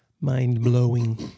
Mind-blowing